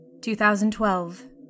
2012